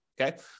okay